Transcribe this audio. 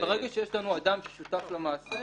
ברגע שיש לנו אדם ששותף למעשה,